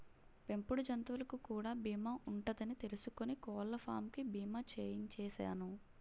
పెంపుడు జంతువులకు కూడా బీమా ఉంటదని తెలుసుకుని కోళ్ళపాం కి బీమా చేయించిసేను